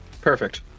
Perfect